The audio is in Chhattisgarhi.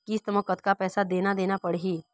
किस्त म कतका पैसा देना देना पड़ही?